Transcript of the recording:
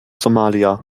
somalia